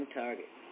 target